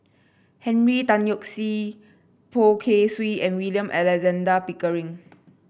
Henry Tan Yoke See Poh Kay Swee and William Alexander Pickering